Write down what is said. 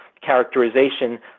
characterization